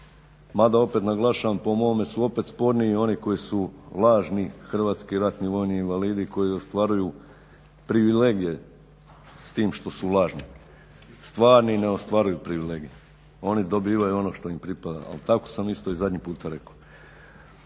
mada opet naglašavam po mome su opet sporniji oni koji su lažni hrvatski ratni vojni invalidi koji ostvaruju privilegije s time što su lažni. Stvarni ne ostvaruju privilegije, oni dobivaju ono što im pripada, ali tako sam isto i zadnji puta rekao.